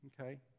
Okay